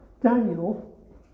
Daniel